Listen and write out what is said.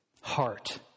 heart